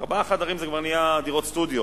ארבעה חדרים זה כבר נהיה דירות סטודיו